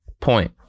point